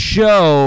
Show